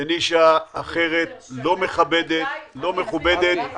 לנישה אחרת, לא מכבדת, לא מכובדת.